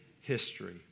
history